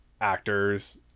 actors